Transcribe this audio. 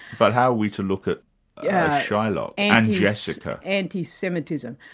but how are we to look at yeah shylock, and jessica. anti-semitism.